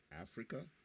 Africa